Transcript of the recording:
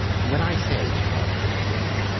when i say she can't hit a thing,